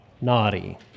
naughty